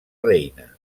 reina